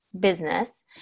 business